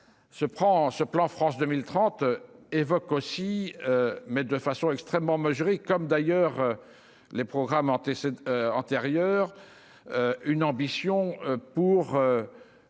ce plan France 2030 évoque aussi mais de façon extrêmement comme d'ailleurs les programmes antérieur, une ambition pour